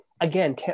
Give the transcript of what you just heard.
again